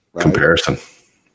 Comparison